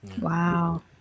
Wow